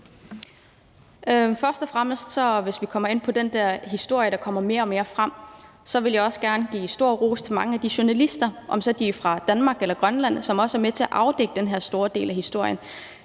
Først og fremmest vil jeg med hensyn til den der historie, der kommer mere og mere frem om, også gerne give stor ros til mange af de journalister, om de så er fra Danmark eller Grønland, som er med til at afdække den her vigtige del af historien.